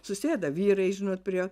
susėda vyrai žinot prie